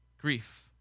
grief